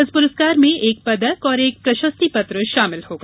इस पुरस्कार में एक पदक और एक प्रशस्तिपत्र शामिल होगा